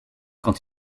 quand